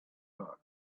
hug